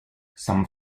some